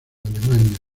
alemania